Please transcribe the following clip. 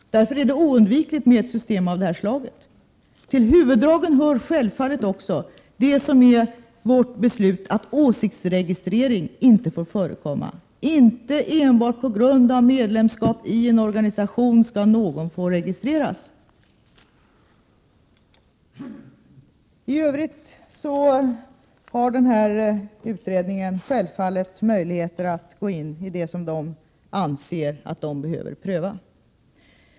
Därför är det nödvändigt med ett system av det här slaget. Till huvuddragen hör självfallet också vårt beslut att åsiktsregistrering inte får förekomma. Ingen skall få registreras enbart på grund av medlemskapi en organisation. I övrigt har den här utredningen självfallet möjligheter att gå in i det som den anser att den behöver pröva.